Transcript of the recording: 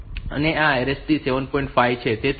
અને આ RST 7